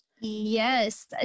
Yes